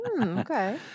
Okay